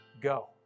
Go